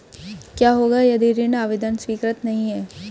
क्या होगा यदि ऋण आवेदन स्वीकृत नहीं है?